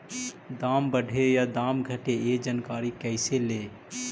दाम बढ़े या दाम घटे ए जानकारी कैसे ले?